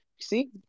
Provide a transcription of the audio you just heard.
see